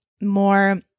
more